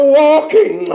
walking